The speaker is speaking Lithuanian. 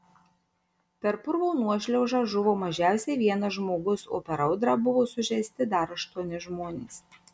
per purvo nuošliaužą žuvo mažiausiai vienas žmogus o per audrą buvo sužeisti dar aštuoni žmonės